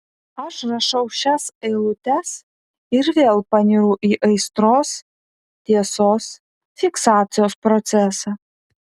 aš rašau šias eilutes ir vėl panyru į aistros tiesos fiksacijos procesą